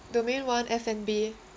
domain one F&B